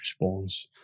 response